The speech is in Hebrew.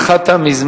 חבר הכנסת זאב,